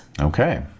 Okay